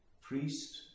priest